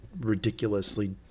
ridiculously